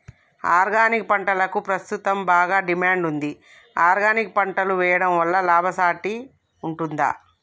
Organic పంటలకు ప్రస్తుతం బాగా డిమాండ్ ఉంది ఆర్గానిక్ పంటలు వేయడం వల్ల లాభసాటి ఉంటుందా?